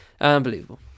unbelievable